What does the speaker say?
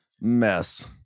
mess